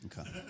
Okay